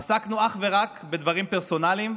עסקנו אך ורק בדברים פרסונליים,